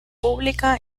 pública